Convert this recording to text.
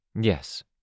Yes